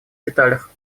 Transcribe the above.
деталях